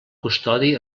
custodi